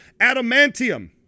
Adamantium